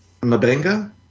Mabenga